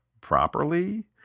properly